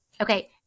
okay